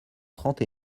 trente